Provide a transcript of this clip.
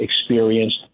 experienced